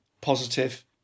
positive